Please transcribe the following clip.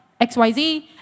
XYZ